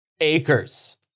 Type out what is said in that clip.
acres